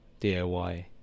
DIY